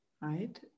Right